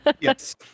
Yes